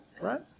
Right